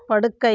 படுக்கை